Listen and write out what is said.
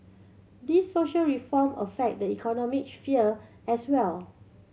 these social reform affect the economic sphere as well